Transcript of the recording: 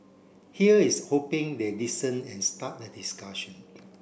here is hoping they listen and start the discussion